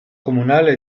comunale